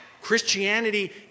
Christianity